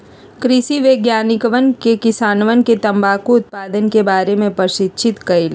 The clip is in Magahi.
कृषि वैज्ञानिकवन ने किसानवन के तंबाकू उत्पादन के बारे में प्रशिक्षित कइल